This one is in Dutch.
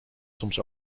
soms